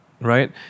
right